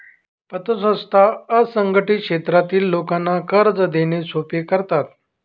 पतसंस्था असंघटित क्षेत्रातील लोकांना कर्ज देणे सोपे करतात